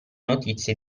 notizie